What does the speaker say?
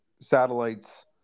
satellites